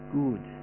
good